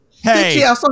Hey